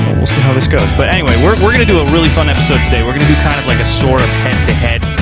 we'll see how this goes. but anyway we're we're gonna do a really fun episode today. we're gonna do kind of like a sort of head-to-head,